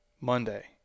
Monday